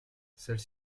celles